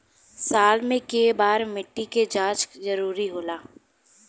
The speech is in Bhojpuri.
साल में केय बार मिट्टी के जाँच जरूरी होला?